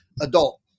adult